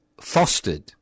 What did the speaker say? fostered